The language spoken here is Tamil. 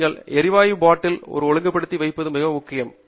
நீங்கள் எரிவாயு பாட்டில் ஒரு ஒழுங்குபடுத்தி வைப்பது முக்கியம்